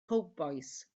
cowbois